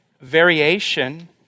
variation